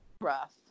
rough